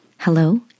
Hello